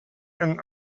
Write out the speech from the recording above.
and